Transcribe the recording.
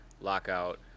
lockout